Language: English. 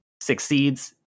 succeeds